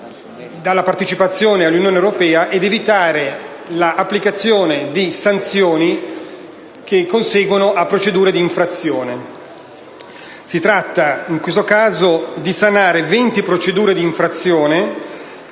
dalla partecipazione all'Unione europea e per evitare l'applicazione di sanzioni che conseguono a procedure di infrazione. In questo caso, si tratta di sanare venti procedure di infrazione,